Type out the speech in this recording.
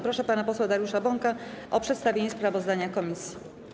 Proszę pana posła Dariusza Bąka o przedstawienie sprawozdania komisji.